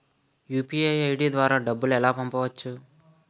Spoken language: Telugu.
యు.పి.ఐ ఐ.డి ద్వారా డబ్బులు ఎలా పంపవచ్చు?